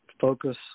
focus